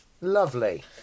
lovely